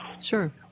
Sure